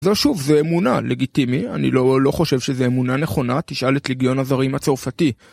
זה שוב, זה אמונה, לגיטימי, אני לא חושב שזה אמונה נכונה, תשאל את ליגיון הזרים הצרפתי.